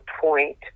point